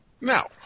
Now